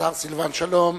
השר סילבן שלום.